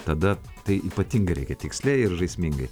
tada tai ypatingai reikia tiksliai ir žaismingai